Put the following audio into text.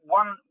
one